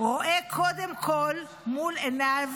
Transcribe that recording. רואה קודם כול מול עיניו